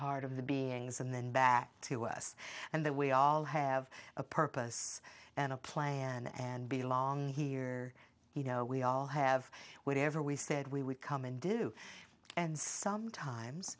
heart of the beings and then back to us and that we all have a purpose and a plan and belong here you know we all have whatever we said we would come and do and sometimes